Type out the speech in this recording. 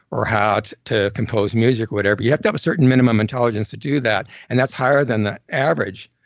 or how to to compose music, whatever. but you have to have a certain minimum intelligence to do that and that's higher than the average.